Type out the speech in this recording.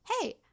hey